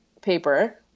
paper